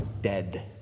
dead